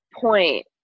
...point